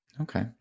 okay